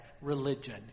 religion